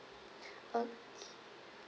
okay